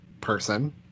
person